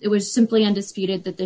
it was simply undisputed that the